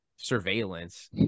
surveillance